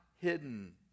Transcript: hidden